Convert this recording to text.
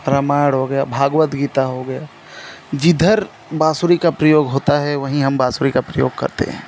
रामायण हो गया भागवत गीता हो गया जिधर बांसुरी का प्रयोग होता है वहीं हम बांसुरी का प्रयोग करते हैं